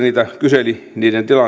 kyseli niiden